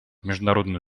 международную